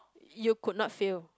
you could not failed